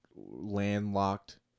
landlocked